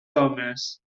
homes